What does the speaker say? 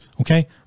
Okay